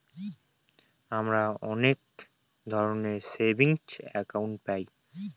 আমরা অনেক ধরনের সেভিংস একাউন্ট পায়